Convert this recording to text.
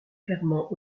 clairement